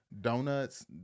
donuts